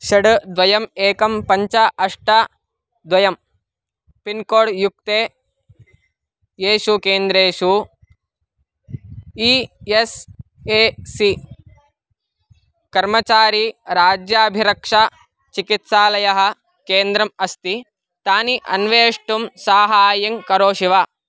षट् द्वे एकं पञ्च अष्ट द्वे पिन्कोड् युक्ते येषु केन्द्रेषु ई एस् ए सी कर्मचारीराज्याभिरक्षा चिकित्सालयः केन्द्रम् अस्ति तानि अन्वेष्टुं साहाय्यं करोषि वा